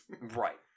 Right